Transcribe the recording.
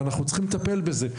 ואנחנו צריכים לטפל בזה.